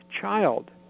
child